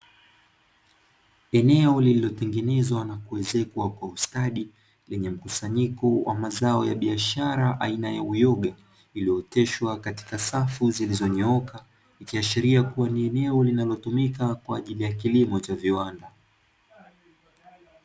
Eneo lililotengenezwa na kuezekwa kwa ustadi, lenye mkusanyiko wa mazao ya biashara aina ya uyoga, iliyooteshwa katika safu zilizonyooka, ikiashiria kuwa ni eneo linalotumika kwa ajili ya kilimo cha viwanda.